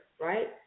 right